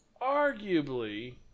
arguably